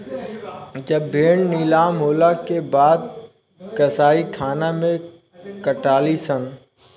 जब भेड़ नीलाम होला के बाद कसाईखाना मे कटाली सन